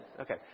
Okay